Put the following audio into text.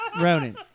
Ronan